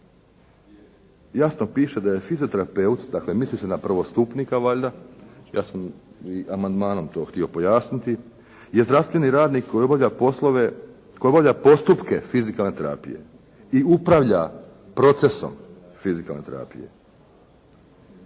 jasno piše da je fizioterapeut dakle misli se na prvostupnika valjda, ja sam i amandmanom to htio pojasniti, je zdravstveni radnik koji obavlja postupke fizikalne terapije i upravlja procesom fizikalne terapije.